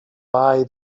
buy